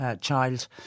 child